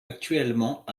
actuellement